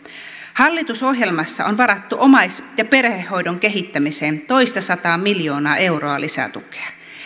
hallitusohjelmassa on varattu omais ja perhehoidon kehittämiseen toistasataa miljoonaa euroa lisätukea